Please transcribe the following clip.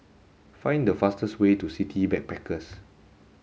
find the fastest way to City Backpackers